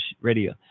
radio